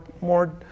more